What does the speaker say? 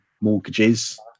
mortgages